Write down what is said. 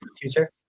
future